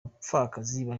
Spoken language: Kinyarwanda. bapfakazi